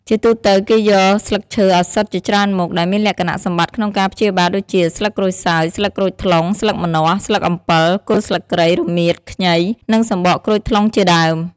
ជាទូទៅ គេយកស្លឹកឈើឱសថជាច្រើនមុខ ដែលមានលក្ខណៈសម្បត្តិក្នុងការព្យាបាលដូចជា ស្លឹកក្រូចសើច ស្លឹកក្រូចថ្លុង ស្លឹកម្នាស់ ស្លឹកអំពិល គល់ស្លឹកគ្រៃ រមៀត ខ្ញី និងសំបកក្រូចថ្លុងជាដើម។